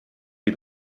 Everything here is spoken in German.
wie